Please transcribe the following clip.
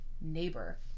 neighbor